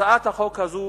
הצעת החוק הזאת